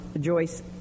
Joyce